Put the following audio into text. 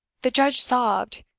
the judge sobbed,